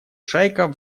шайка